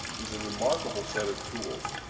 these are remarkable set of tools.